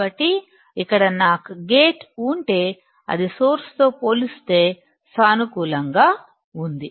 కాబట్టి ఇక్కడ నాకు గేట్ ఉంటే అది సోర్స్ తో పోలిస్తే సానుకూలంగా ఉంటుంది